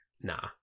nah